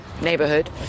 neighborhood